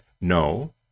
no